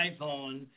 iPhone